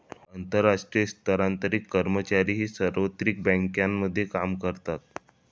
आंतरराष्ट्रीय स्तरावरील कर्मचारीही सार्वत्रिक बँकांमध्ये काम करतात